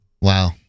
Wow